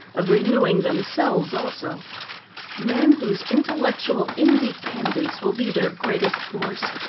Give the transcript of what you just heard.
of renewing themselves also men, whose intellectual independence will be their greatest force,